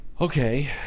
okay